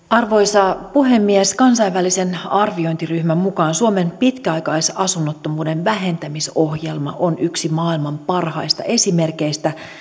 arvoisa puhemies kansainvälisen arviointiryhmän mukaan suomen pitkäaikaisasunnottomuuden vähentämisohjelma on yksi maailman parhaista esimerkeistä